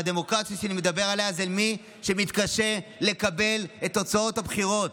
והדמוקרטיה שאני מדבר עליה זה על מי שמתקשה לקבל את תוצאות הבחירות.